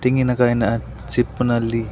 ತೆಂಗಿನ ಕಾಯಿಯ ಚಿಪ್ಪಿನಲ್ಲಿ